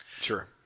Sure